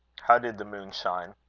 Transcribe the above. how did the moon shine?